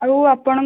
ଆଉ ଆପଣଙ୍କ